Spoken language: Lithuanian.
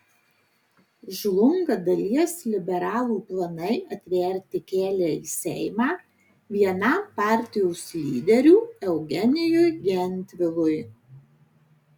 žlunga dalies liberalų planai atverti kelią į seimą vienam partijos lyderių eugenijui gentvilui